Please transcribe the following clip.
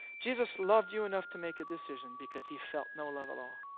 jesus loved you enough to make a decision, because he felt no love at all.